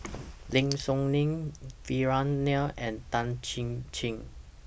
Lim Soo Ngee Vikram Nair and Tan Chin Chin